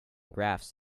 graphs